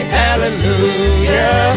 hallelujah